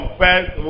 first